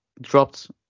dropped